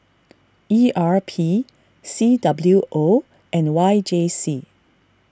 E R P C W O and Y J C